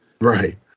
Right